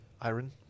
Iron